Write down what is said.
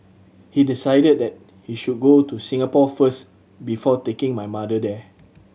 he decided that he should go to Singapore first before taking my mother there